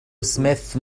سميث